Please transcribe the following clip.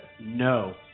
No